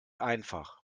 einfach